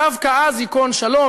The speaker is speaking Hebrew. דווקא אז ייכון שלום,